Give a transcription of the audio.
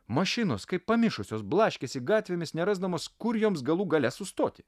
mašinos kaip pamišusios blaškėsi gatvėmis nerasdamas kur joms galų gale sustoti